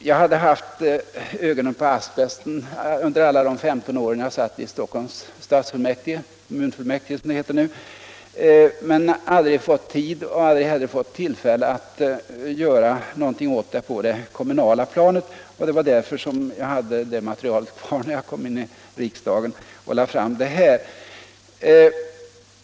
Jag hade haft ögonen på asbesten under alla de 15 år som jag satt i Stockholms stadsfullmäktige — Stockholms kommunfullmäktige som det heter nu — men aldrig fått tid och inte heller tillfälle att göra något åt detta på det kommunala planet. Jag hade därför materialet kvar när jag kom in i riksdagen och lade fram det här.